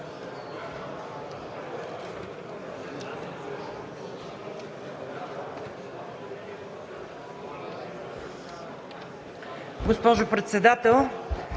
Госпожо Председател,